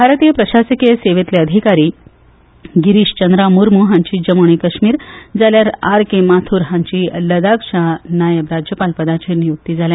भारतीय प्रशासकी सेवेंतले अधिकारी गिरीश चंद्रन मुर्मू हांची जम्मू आनी कश्मीर जाल्यार आर के माथूर हांची लढाखाच्या नायक राज्यपालपदाचेर नेमणूक जाल्या